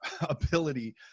ability